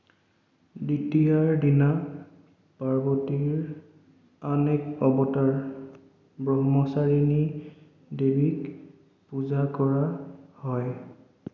দ্বিতীয়াৰ দিনা পাৰ্বতীৰ আন এক অৱতাৰ ব্ৰহ্মচাৰিণী দেৱীক পূজা কৰা হয়